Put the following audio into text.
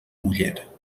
muller